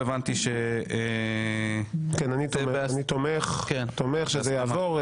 כן, אני תומך שזה יעבור.